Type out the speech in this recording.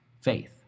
faith